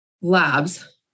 labs